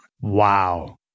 Wow